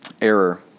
error